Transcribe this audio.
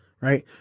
right